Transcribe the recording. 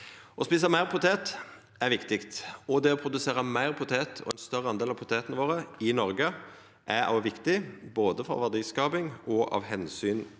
Å eta meir potet er viktig. Det å produsera meir potet og ein større del av potetane våre i Noreg er òg viktig, både for verdiskaping og av omsyn til